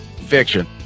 Fiction